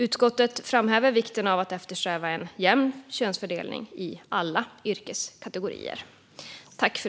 Utskottet framhäver vikten av att eftersträva en jämn könsfördelning i alla yrkeskategorier.